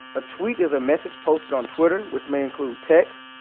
a tweet is a message posted on twitter which may include text,